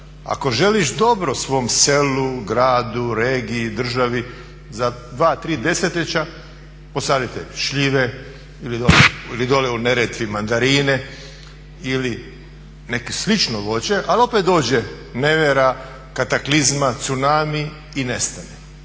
Ako želiš dobro svom selu, gradu, regiji, državi, za 2-3 desetljeća posadite šljive ili dole u Neretvi mandarine ili neko slično voće, ali opet dođe nevera, kataklizma, tsunami i nestane.